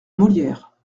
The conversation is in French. molières